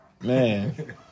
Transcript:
Man